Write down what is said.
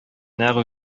нәкъ